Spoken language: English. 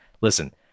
listen